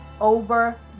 over